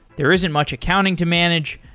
there isn't much accounting to manage,